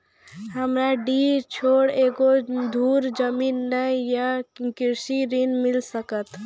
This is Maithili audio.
हमरा डीह छोर एको धुर जमीन न या कृषि ऋण मिल सकत?